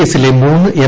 എസിലെ മൂന്നു എം